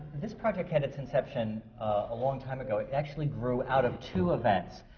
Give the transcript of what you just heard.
this project had its inception a long time ago. it actually grew out of two events.